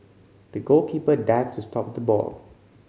the goalkeeper dived to stop the ball